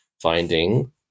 finding